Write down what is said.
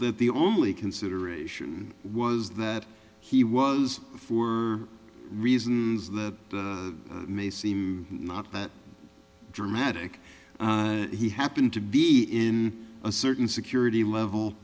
that the only consideration was that he was for reasons that may seem not that dramatic he happened to be in a certain security level